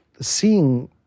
seeing